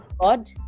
God